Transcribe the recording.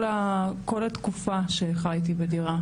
כל התקופה שחייתי בדירה,